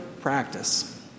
practice